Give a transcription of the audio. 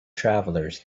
travelers